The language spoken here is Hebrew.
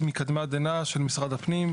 מקדמת דנא של משרד הפנים,